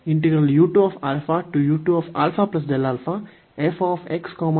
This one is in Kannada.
ಆಗಿತ್ತು